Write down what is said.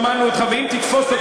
ואם תתפוס אותי,